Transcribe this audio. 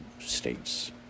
states